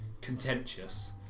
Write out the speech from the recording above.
contentious